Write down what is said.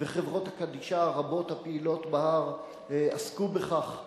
וחברות הקדישא הרבות הפעילות בהר עסקו בכך.